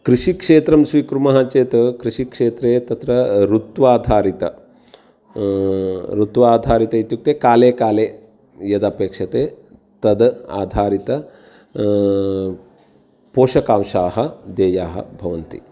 कृषिक्षेत्रं स्वीकुर्मः चेत् कृषिक्षेत्रे तत्र ऋत्वाधारितम् ऋत्वाधारितम् इत्युक्ते काले काले यदपेक्ष्यते तद् आधारिताः पोषकांशाः देयाः भवन्ति